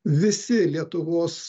visi lietuvos